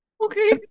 okay